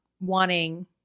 wanting